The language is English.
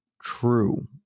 true